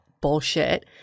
bullshit